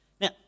Now